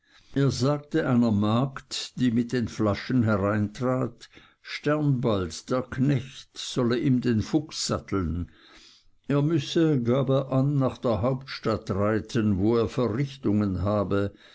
er sagte einer magd die mit den flaschen hereintrat sternbald der knecht solle ihm den fuchs satteln er müsse gab er an nach der hauptstadt reiten wo er verrichtungen habe